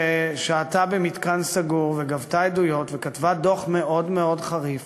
ושהתה במתקן סגור וגבתה עדויות וכתבה דוח מאוד מאוד חריף